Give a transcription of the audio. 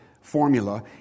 formula